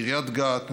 קריית גת,